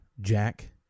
Jack